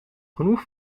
genoeg